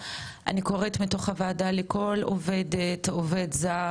אני קוראת מתוך הוועדה לכל עובדת או עובד זר,